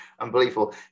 unbelievable